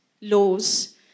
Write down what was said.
laws